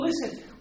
listen